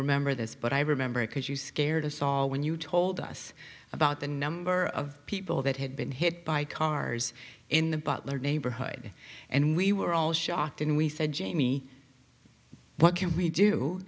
remember this but i remember it because you scared of saul when you told us about the number of people that had been hit by cars in the butler neighborhood and we were all shocked and we said jamie what can we do